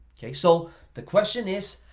okay? so the question is,